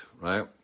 right